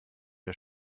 der